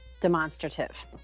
demonstrative